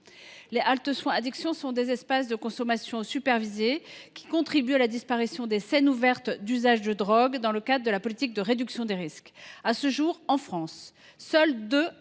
haltes soins addictions (HSA), des espaces de consommation supervisée contribuant à la disparition des scènes ouvertes d’usage de drogues dans le cadre de la politique de réduction des risques. À ce jour, seules deux HSA